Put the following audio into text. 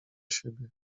siebie